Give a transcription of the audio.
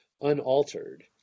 unaltered